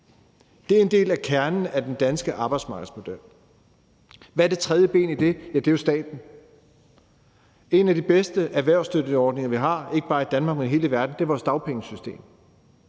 Det er en del af kernen i den danske arbejdsmarkedsmodel. Hvad er det tredje ben i det? Ja, det er jo staten. En af de bedste erhvervsstøtteordninger, vi har, ikke bare i Danmark, men i hele verden, er vores dagpengesystem.